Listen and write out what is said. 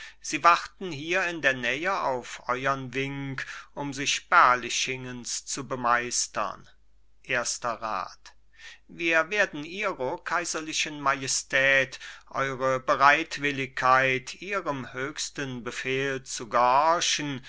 sie warten hier in der nähe auf euern wink um sich berlichingens zu bemeistern erster rat wir werden ihro kaiserlichen majestät eure bereitwilligkeit ihrem höchsten befehl zu